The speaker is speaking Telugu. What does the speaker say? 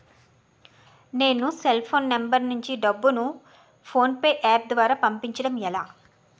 నేను సెల్ ఫోన్ నంబర్ నుంచి డబ్బును ను ఫోన్పే అప్ ద్వారా పంపించడం ఎలా?